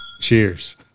Cheers